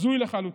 הזוי לחלוטין.